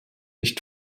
nicht